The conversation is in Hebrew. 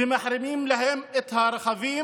ומחרימים להם את הרכבים